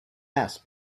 mass